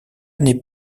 n’est